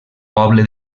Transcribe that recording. poble